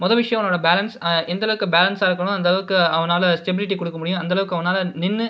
முத விஷியோம் அவனோட பேலன்ஸ் எந்த அளவுக்கு பேலன்ஸாக இருக்கானோ அந்த அளவுக்கு அவனால் ஸ்டெபிலிட்டி கொடுக்க முடியும் அந்த அளவுக்கு அவனால் நின்று